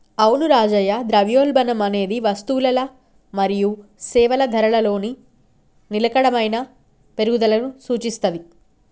అవును రాజయ్య ద్రవ్యోల్బణం అనేది వస్తువులల మరియు సేవల ధరలలో నిలకడైన పెరుగుదలకు సూచిత్తది